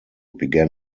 began